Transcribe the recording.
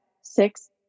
six